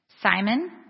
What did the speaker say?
Simon